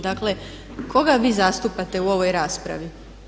Dakle koga vi zastupate u ovoj raspravi?